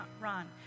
run